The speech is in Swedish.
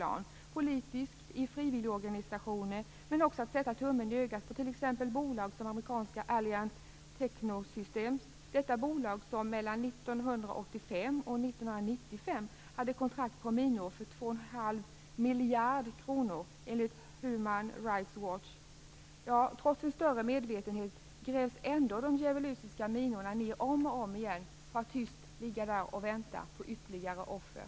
Det gäller att jobba politiskt i frivilligorganisationer men också att sätta tummen i ögat på t.ex. bolag som amerikanska Alliant Technosystems, detta bolag som mellan 1985 och 1995 hade kontrakt på minor för 2,5 miljarder kronor, enligt Trots en större medvetenhet grävs ändå de djävulska minorna ned om och om igen för att tyst ligga där och vänta på ytterligare offer.